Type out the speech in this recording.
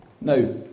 Now